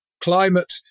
Climate